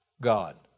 God